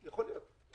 יכול להיות.